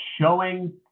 showing